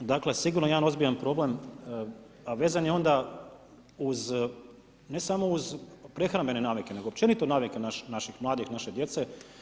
Dakle, sigurno jedan ozbiljan problem vezan je onda uz ne samo uz prehrambene navike, nego općenito navike naših mladih, naše djece.